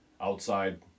outside